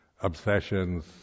obsessions